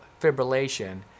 fibrillation